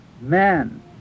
man